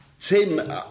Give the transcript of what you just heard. Tim